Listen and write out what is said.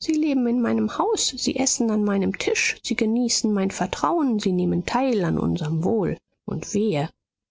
sie leben in meinem haus sie essen an meinem tisch sie genießen mein vertrauen sie nehmen teil an unserm wohl und wehe